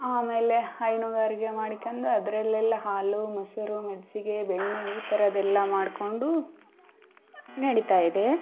ಆಮೇಲೆ ಹೈನುಗಾರಿಕೆ ಮಾಡ್ಕಂದು ಅದರಲ್ಲೆಲ್ಲ ಹಾಲು ಮೊಸರು ಮಜ್ಜಿಗೆ ಬೆಣ್ಣೆ ಈ ಥರದ್ದೆಲ್ಲ ಮಾಡಿಕೊಂಡು ನಡೀತಾಯಿದೆ